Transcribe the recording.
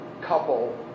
couple